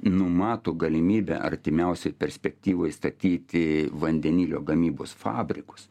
numato galimybę artimiausioj perspektyvoj statyti vandenilio gamybos fabrikus